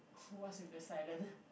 what's with the silent